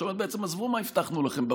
שאומרת: עזבו מה הבטחנו לכם בבחירות,